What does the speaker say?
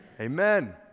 Amen